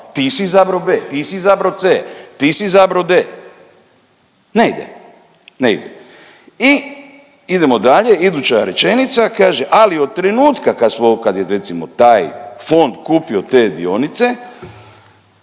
ti si izabrao B, ti si izabrao C, ti si izabrao D. Ne ide. Ne ide. I idemo dalje, iduća rečenica kaže ali od trenutka kad smo, kad je recimo taj fond kupio te dionice,